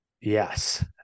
Yes